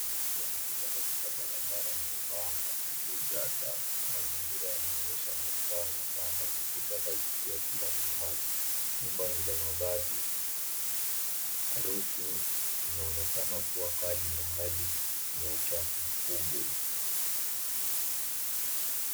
Mwanamke anapita katika barabara nyembamba iliyojaa taka. Mazingira yameonyesha ni mtaa wa mabanda huku taka zikiwa kila mahali. Nyumba ni za mabati. Harufu inaonekana kuwa kali na hali ni ya uchafu mkubwa.